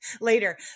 later